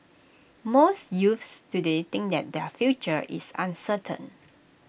most youths today think that their future is uncertain